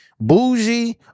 bougie